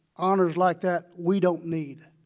honors like that we don't need,